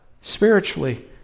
Spiritually